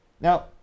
Now